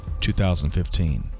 2015